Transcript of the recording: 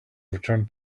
return